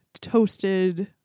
toasted